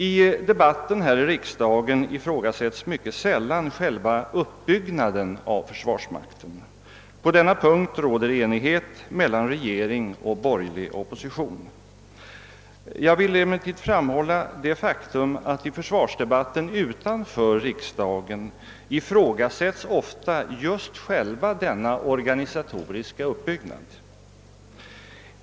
I debatten här i riksdagen ifrågasättes mycket sällan själva uppbyggnaden av försvarsmakten. På denna punkt råder enighet mellan regering och borgerlig opposition. Jag vill emellertid framhålla det faktum att man i försvarsdebatten utanför riksdagen ofta ifrågasätter just denna organisatoriska uppbyggnad.